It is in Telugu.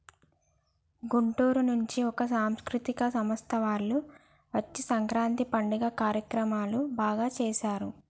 గుంటూరు నుంచి ఒక సాంస్కృతిక సంస్థ వాళ్ళు వచ్చి సంక్రాంతి పండుగ కార్యక్రమాలు బాగా సేశారు